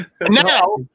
Now